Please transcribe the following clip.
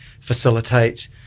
facilitate